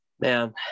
man